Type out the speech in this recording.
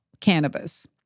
Cannabis